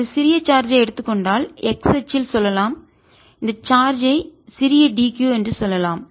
நான் ஒரு சிறிய சார்ஜ் ஐ எடுத்துக் கொண்டால் x அச்சில் சொல்லலாம் இந்த சார்ஜ் ஐ சிறிய d q என்று சொல்லலாம்